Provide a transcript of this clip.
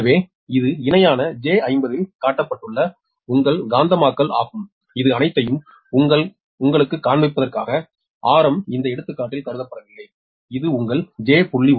எனவே இது இணையான j50 இல் காட்டப்பட்டுள்ள உங்கள் காந்தமாக்கல் ஆகும் இது அனைத்தையும் உங்களுக்குக் காண்பிப்பதற்காக rm இந்த எடுத்துக்காட்டில் கருதப்படவில்லை இது உங்கள் j0